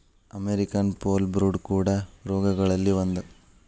American foulbrood ಕೋಡ ರೋಗಗಳಲ್ಲಿ ಒಂದ